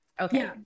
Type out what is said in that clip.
okay